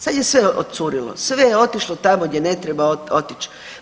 Sad je sve odcurilo, sve je otišlo tamo gdje ne treba otić.